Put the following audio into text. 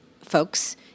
folks